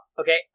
Okay